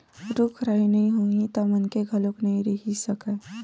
रूख राई नइ होही त मनखे घलोक नइ रहि सकय